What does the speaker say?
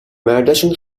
مرداشون